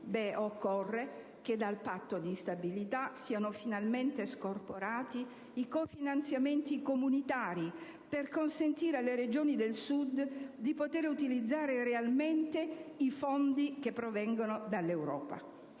occorre che dal Patto di stabilità siano scorporati i cofinanziamenti comunitari per consentire alle Regioni del Sud di poter utilizzare realmente i fondi che provengono dall'Europa.